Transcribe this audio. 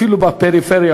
אפילו בפריפריה,